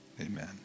Amen